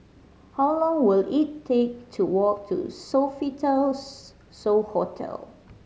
how long will it take to walk to Sofitel So Hotel